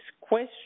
question